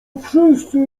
wszyscy